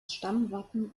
stammwappen